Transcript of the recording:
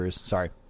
Sorry